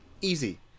Easy